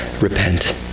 repent